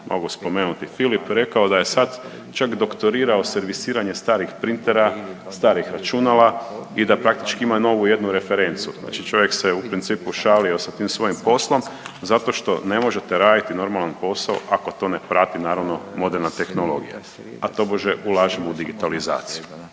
mogu spomenuti Filip rekao da je sad čak doktorirao servisiranje starih printera, starih računala i da praktički ima novu jednu referencu. Znači, čovjek se u principu šalio sa tim svojim poslom zato što ne možete raditi normalan posao ako to ne prati naravno moderna tehnologija, a tobože ulažemo u digitalizaciju.